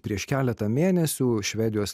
prieš keletą mėnesių švedijos